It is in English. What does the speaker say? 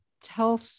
tell